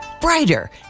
brighter